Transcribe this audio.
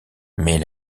mais